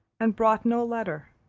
and brought no letter,